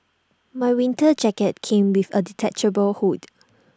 my winter jacket came with A detachable hood